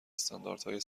استانداردهای